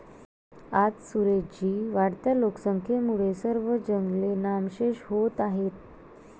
आज सुरेश जी, वाढत्या लोकसंख्येमुळे सर्व जंगले नामशेष होत आहेत